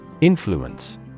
Influence